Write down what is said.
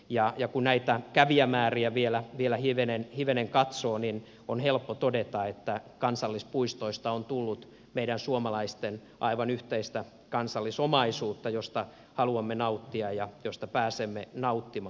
ja kun näitä kävijämääriä vielä hivenen katsoo niin on helppo todeta että kansallispuistoista on tullut meidän suomalaisten aivan yhteistä kansallisomaisuutta josta haluamme nauttia ja josta pääsemme nauttimaan